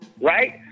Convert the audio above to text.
right